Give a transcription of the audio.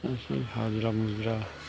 खुनुरुखुम हाजिरा मुजिरा